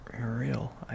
Real